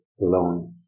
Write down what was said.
alone